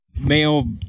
male